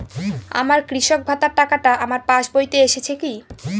আমার কৃষক ভাতার টাকাটা আমার পাসবইতে এসেছে কি?